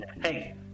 Hey